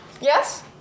Yes